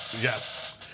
yes